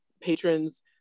patrons